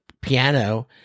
piano